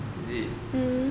is it